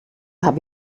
habe